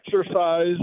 exercise